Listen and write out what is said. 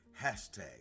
hashtag